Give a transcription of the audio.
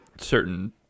certain